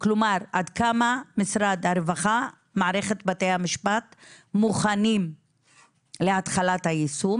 כלומר עד כמה משרד הרווחה ומערכת בתי המשפטים מוכנים להתחלת היישום.